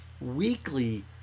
weekly